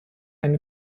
ein